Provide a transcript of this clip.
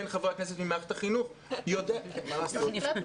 חברי הכנסת ממערכת החינוך --- לא נפלט,